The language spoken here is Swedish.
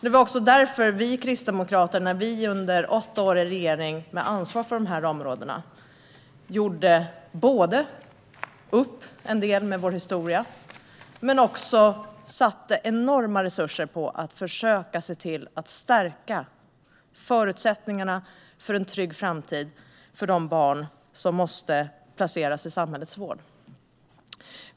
Det var också därför vi kristdemokrater, under åtta år i regering med ansvar för dessa områden, både gjorde upp en del med vår historia och satsade enorma resurser på att försöka stärka förutsättningarna för en trygg framtid för de barn som måste placeras i samhällets vård.